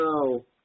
no